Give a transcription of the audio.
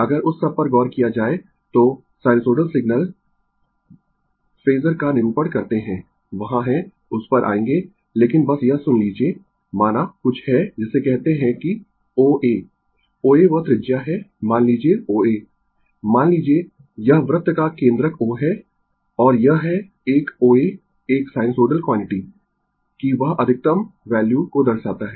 अगर उस सब पर गौर किया जाए तो साइनसोइडल सिग्नल फेजर का निरूपण करते है वहां है उस पर आएंगें लेकिन बस यह सुन लीजिए माना कुछ है जिसे कहते है कि OA OA वह त्रिज्या है मान लीजिए OA मान लीजिए यह वृत्त का केंद्रक O है और यह है एक OA एक साइनसोइडल क्वांटिटी की वह अधिकतम वैल्यू को दर्शाता है